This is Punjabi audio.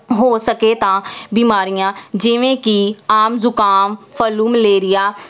ਹੋ ਸਕੇ ਤਾਂ ਬਿਮਾਰੀਆਂ ਜਿਵੇਂ ਕੀ ਆਮ ਜੁਕਾਮ ਫਲੂ ਮਲੇਰੀਆ